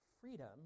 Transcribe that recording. freedom